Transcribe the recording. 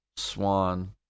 Swan